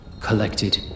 collected